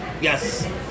Yes